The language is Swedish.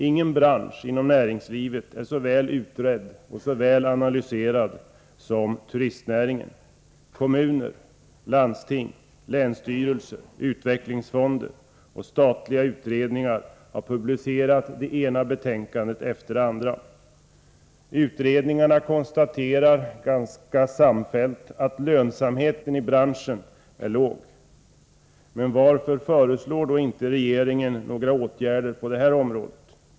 Ingen bransch inom näringslivet är så väl utredd och så väl analyserad som turistnäringen. Kommuner, landsting, länsstyrelser, utvecklingsfonder och statliga utredningar har publicerat det ena betänkandet efter det andra. Utredningarna konstaterar ganska samfällt att lönsamheten i branschen är låg. Men varför föreslår då inte regeringen några åtgärder på detta område?